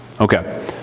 Okay